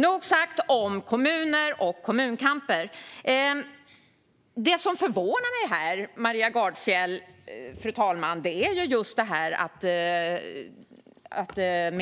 Nog sagt om kommuner och kommunkamper. Det som förvånar mig i Maria Gardfjells anförande är att hon